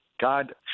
God